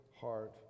heart